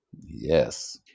Yes